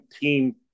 team